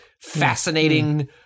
fascinating